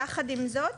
יחד עם זאת,